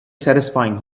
satisfying